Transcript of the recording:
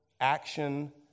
action